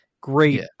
Great